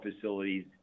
facilities